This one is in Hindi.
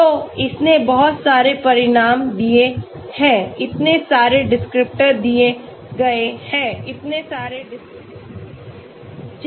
तो इसने बहुत सारे परिणाम दिए हैं इतने सारे डिस्क्रिप्टर दिए गए हैं इतने सारे डिस्क्रिप्टर